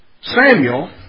Samuel